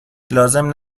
لازم